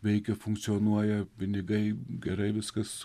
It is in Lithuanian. veikia funkcionuoja pinigai gerai viskas